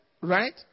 right